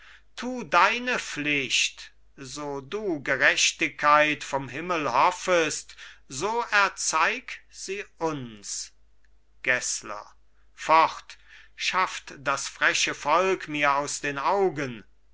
tu deine pflicht so du gerechtigkeit vom himmel hoffest so erzeig sie uns gessler fort schafft das freche volk mir aus den augen